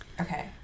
okay